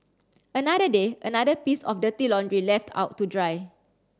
another day another piece of dirty laundry left out to dry